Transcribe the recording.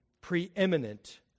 preeminent